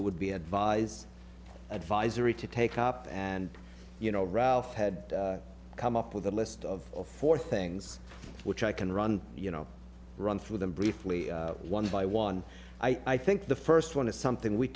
it would be advise advisory to take up and you know ralph had come up with a list of four things which i can run you know run through them briefly one by one i think the first one is something we